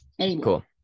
Cool